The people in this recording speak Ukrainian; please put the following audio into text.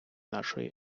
нашої